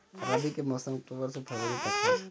रबी के मौसम अक्टूबर से फ़रवरी तक ह